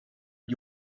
you